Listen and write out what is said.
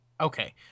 okay